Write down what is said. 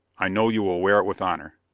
i know you will wear it with honor!